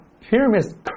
pyramids